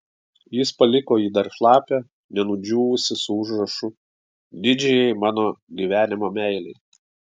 jis paliko jį dar šlapią nenudžiūvusį su užrašu didžiajai mano gyvenimo meilei